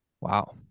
Wow